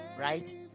right